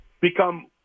become